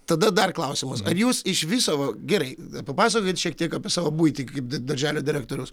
tada dar klausimas ar jūs iš viso va gerai papasakokit šiek tiek apie savo buitį kaip darželio direktoriaus